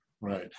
Right